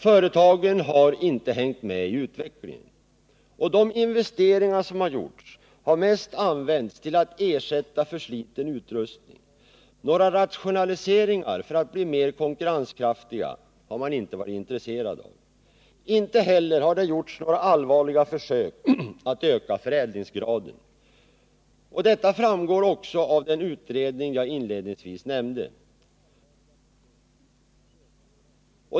Företagen har inte hängt med i utvecklingen. De investeringar som gjorts har mest använts till att ersätta försliten utrustning. Några rationaliseringar för att bli mer konkurrenskraftig har man inte varit intresserad av. Inte heller har det gjorts några allvarliga försök att öka förädlingsgraden. Detta framgår också av den utredning jag inledningsvis nämnde.